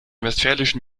westfälischen